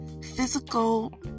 physical